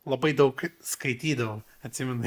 labai daug skaitydavau atsimenu